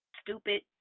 stupid